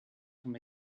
from